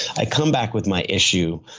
i come back with my issue,